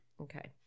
Okay